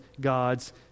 God's